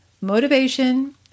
motivation